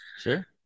Sure